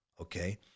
okay